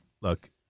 Look